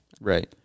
Right